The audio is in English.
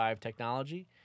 technology